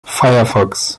firefox